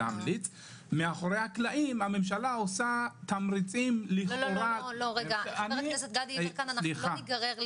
ומאחורי הקלעים הממשלה עושה תמריצים- -- לא ניגרר לשם.